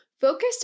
focused